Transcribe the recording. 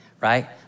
right